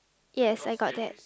yes I got that